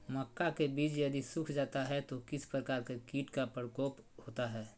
मक्का के बिज यदि सुख जाता है तो किस प्रकार के कीट का प्रकोप होता है?